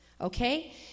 okay